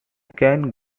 can